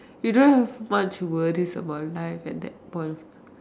you don't have much worries about life at that point of time